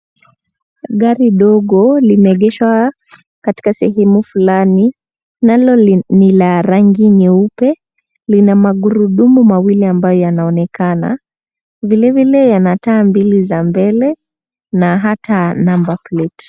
Gari dogo limeegeshwa katika sehemu fulani, nalo ni la rangi nyeupe. Lina magurudumu mawili ambayo yanaonekana. Vilevile yana taa mbili za mbele na hata number plate .